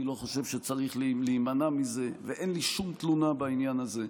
אני לא חושב שצריך להימנע מזה ואין לי שום תלונה בעניין הזה.